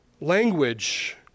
language